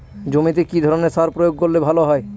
জমিতে কি ধরনের সার প্রয়োগ করলে ভালো হয়?